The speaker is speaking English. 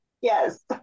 yes